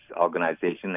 organization